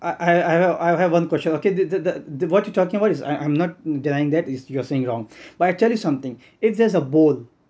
I I have I have one question okay did the the the what you're talking about is I I'm not denying that is you're saying wrong but I tell you something if there's a bowl